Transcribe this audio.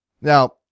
Now